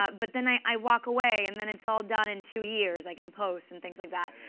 but then i walk away. and then it's all done in two years, like in post and things like that.